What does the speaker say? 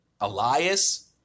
Elias